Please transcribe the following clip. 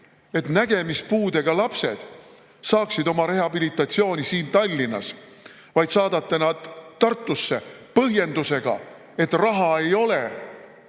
et nägemispuudega lapsed saaksid oma rehabilitatsiooniteenuseid siin Tallinnas, vaid saadate nad Tartusse põhjendusega, et raha ei ole.